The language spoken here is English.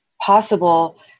possible